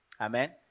Amen